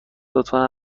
لطفا